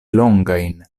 longajn